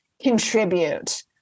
contribute